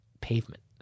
pavement